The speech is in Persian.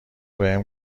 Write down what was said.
بهم